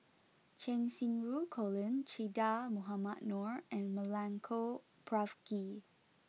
Cheng Xinru Colin Che Dah Mohamed Noor and Milenko Prvacki